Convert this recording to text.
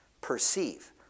perceive